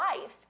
life